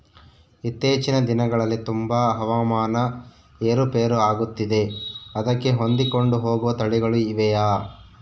ಇತ್ತೇಚಿನ ದಿನಗಳಲ್ಲಿ ತುಂಬಾ ಹವಾಮಾನ ಏರು ಪೇರು ಆಗುತ್ತಿದೆ ಅದಕ್ಕೆ ಹೊಂದಿಕೊಂಡು ಹೋಗುವ ತಳಿಗಳು ಇವೆಯಾ?